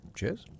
Cheers